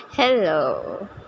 Hello